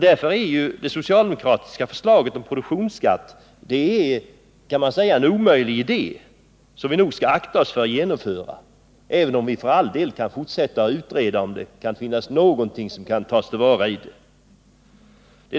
Därför är det socialdemokratiska förslaget till produktionsskatt en omöjlig idé som vi nog skall akta oss för att genomföra, även om vi för all del kan fortsätta att utreda om det finns någonting som kan tas till vara i förslaget.